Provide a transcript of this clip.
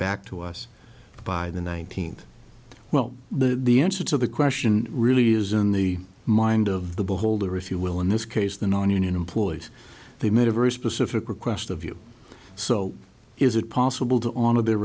back to us by the nineteenth well the the answer to the question really is in the mind of the beholder if you will in this case the nonunion employees they made a very specific request of you so is it possible to on of their